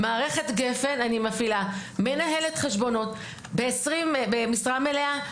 במערכת גפ"ן אני מפעילה מנהלת חשבונות במשרה מלאה,